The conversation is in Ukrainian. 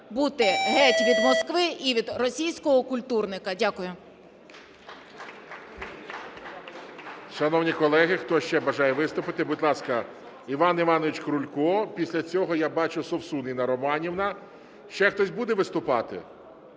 бути геть від Москви і від російського культурника. Дякую.